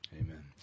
Amen